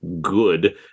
good